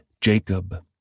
Jacob